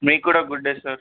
మీకు కూడా good day sir